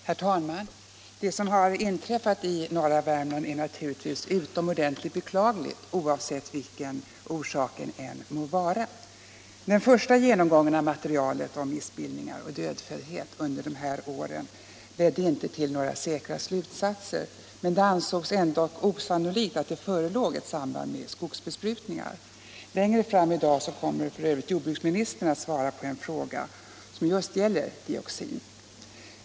Herr talman! Det som inträffat i norra Värmland är naturligtvis utomordentligt beklagligt, oavsett vilken orsaken är. Den första genomgången av materialet om missbildningar och dödföddhet under de här åren ledde inte till några säkra slutsatser, men det ansågs ändå osannolikt att det förelåg ett samband med skogsbesprutningarna. Längre fram i dag kommer f. ö. jordbruksministern att svara på en fråga, som just gäller dioxin.